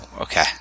Okay